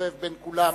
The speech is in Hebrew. מסתובב בין כולם